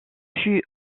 fut